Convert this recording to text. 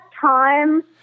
time